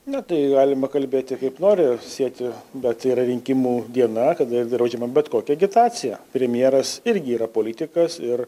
na tai galima kalbėti kaip nori sieti bet yra rinkimų diena kada draudžiama bet kokia agitacija premjeras irgi yra politikas ir